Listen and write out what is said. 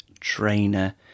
trainer